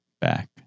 back